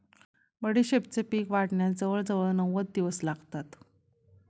बडीशेपेचे पीक वाढण्यास जवळजवळ नव्वद दिवस लागतात